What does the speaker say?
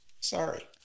Sorry